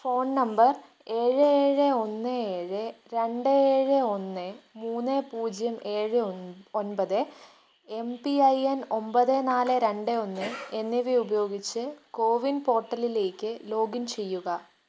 phone number ഏഴ് ഏഴ് ഒന്ന് ഏഴ് രണ്ട് ഏഴ് ഒന്ന് മൂന്ന് പൂജ്യം ഏഴ് ഒൻപത് എം പി ഐ എൻ ഒൻപത് നാല് രണ്ട് ഒന്ന് എന്നിവ ഉപയോഗിച്ച് കോവിൻ പോർട്ടലിലേക്ക് ലോഗിൻ ചെയ്യുക